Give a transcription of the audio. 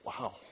Wow